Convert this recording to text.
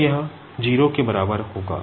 तो यह 0 के बराबर होगा